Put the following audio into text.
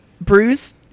Bruce